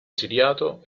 esiliato